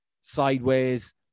sideways